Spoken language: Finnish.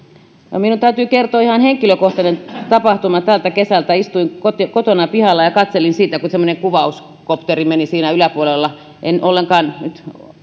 minun täytyy kertoa ihan henkilökohtainen tapahtuma tältä kesältä istuin kotona kotona pihalla ja katselin siinä kun semmoinen kuvauskopteri meni siinä yläpuolella en ollenkaan nyt